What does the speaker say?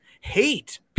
hate